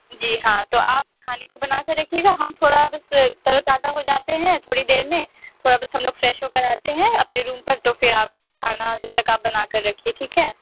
جی ہاں تو آپ کھانے کو بنا کر رکھیے گا ہم تھوڑا بس تر و تازہ ہو جاتے ہیں تھوڑی دیر میں تھوڑا بس ہم لوگ فریش ہو کر آتے ہیں اپنے روم پر تو پھر آپ کھانا جب تک آپ بنا کر رکھیے ٹھیک ہے